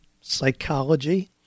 psychology